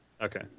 Okay